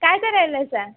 काय करायलायसा